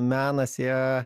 menas jie